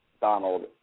Donald